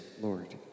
Lord